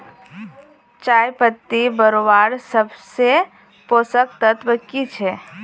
चयपत्ति बढ़वार सबसे पोषक तत्व की छे?